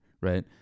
right